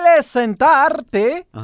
sentarte